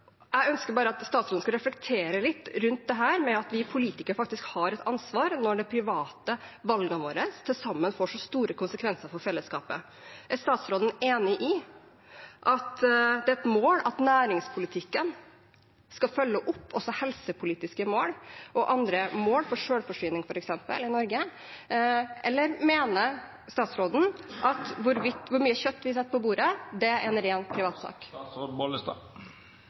at statsråden skal reflektere litt rundt dette at vi politikere har et ansvar når de private valgene våre til sammen får så store konsekvenser for fellesskapet. Er statsråden enig i at det er et mål at næringspolitikken skal følge opp også helsepolitiske mål og andre mål, f.eks. for selvforsyning i Norge, eller mener statsråden at hvor mye kjøtt vi setter på bordet, er en ren privatsak?